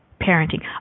parenting